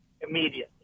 immediately